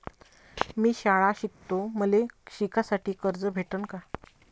मी शाळा शिकतो, मले शिकासाठी कर्ज भेटन का?